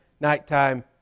nighttime